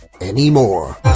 anymore